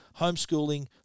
homeschooling